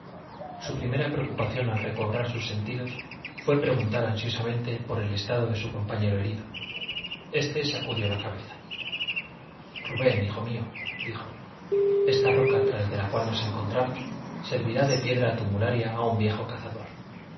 su primera preocupación al recobrar sus sentidos fué preguntar ansiosamente por el estado de su compañero herido éste sacudió la cabeza rubén hijo mío dijo esta roca tras de la cual nos encontramos servirá de piedra tumularia a un viejo cazador